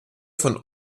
von